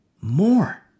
more